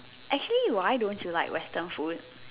actually why don't you like Western food